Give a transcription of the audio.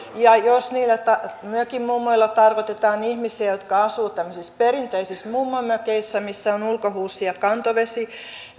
jos niillä mökinmummoilla tarkoitetaan ihmisiä jotka asuvat tämmöisissä perinteisissä mummonmökeissä missä on ulkohuussi ja kantovesi